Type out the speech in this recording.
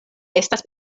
estas